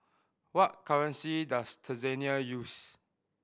what currency does Tanzania use